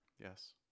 Yes